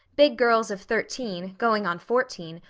big girls of thirteen, going on fourteen,